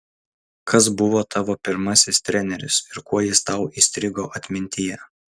kas buvo tavo pirmasis treneris ir kuo jis tau įstrigo atmintyje